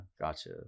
Gotcha